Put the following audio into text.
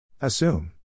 Assume